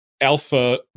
Alpha